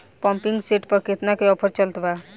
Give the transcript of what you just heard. Pumping set पर केतना के ऑफर चलत बा?